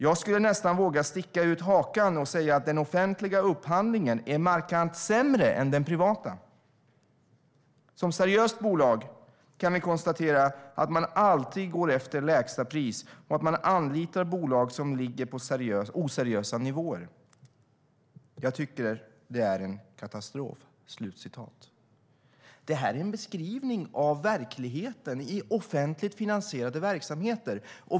Jag skulle nästan våga sticka ut hakan och säga att den offentliga upphandlingen är markant sämre än den privata. Som seriöst bolag kan vi konstatera att man alltid går efter lägsta pris och att man anlitar bolag som ligger på oseriösa nivåer. Jag tycker det är en katastrof." Det här är en beskrivning av verkligheten i offentligt finansierade verksamheter.